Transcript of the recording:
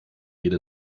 jede